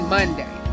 Monday